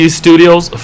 studios